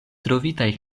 trovitaj